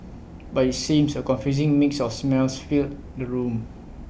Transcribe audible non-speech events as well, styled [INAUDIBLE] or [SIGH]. but IT seems A confusing mix of smells filled the room [NOISE]